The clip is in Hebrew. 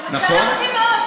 זה מצער אותי מאוד.